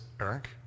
Eric